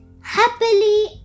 happily